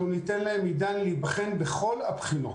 אנחנו ניתן להם להיבחן בכל הבחינות.